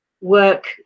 work